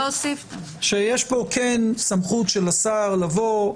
שכן יש פה סמכות של השר לבוא,